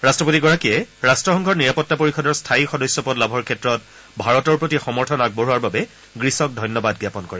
ৰাট্টপতিগৰাকীয়ে ৰাট্টসংঘৰ নিৰাপত্তা পৰিষদৰ স্থায়ী সদস্য পদ লাভৰ ক্ষেত্ৰত ভাৰতৰ প্ৰতি সমৰ্থন আগবঢ়োৱাৰ বাবে গ্ৰীচক ধন্যবাদ জ্ঞাপন কৰে